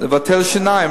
אפשר לבטל שיניים.